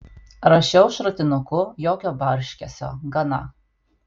rašiau šratinuku jokio barškesio gana